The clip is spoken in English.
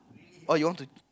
oh you want to